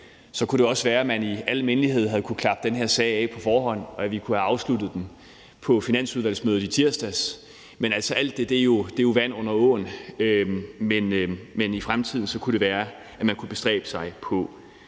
Så kunne det også være, at man i al mindelighed havde kunnet klappe den her sag af på forhånd, og at vi kunne have afsluttet den på mødet i Finansudvalget i tirsdags. Alt det er jo vand under broen, men det kunne være, at man i fremtiden kunne bestræbe sig på